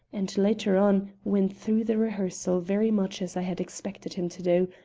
and later on, went through the rehearsal very much as i had expected him to do,